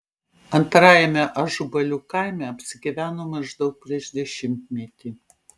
antrajame ažubalių kaime apsigyveno maždaug prieš dešimtmetį